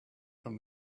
from